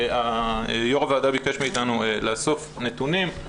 יו"ר הוועדה ביקש מאיתנו לאסוף נתונים.